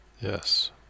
Yes